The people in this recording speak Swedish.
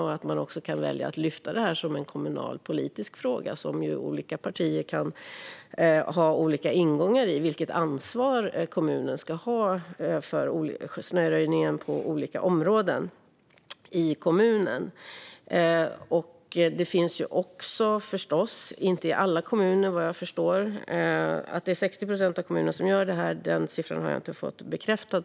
Man kan också välja att lyfta fram detta som en kommunalpolitisk fråga som olika partier kan ha olika ingångar i. Det handlar om vilket ansvar kommunen ska ha för snöröjningen i olika områden i kommunen. Jag har inte fått bekräftat att det är 60 procent av kommunerna som gör detta.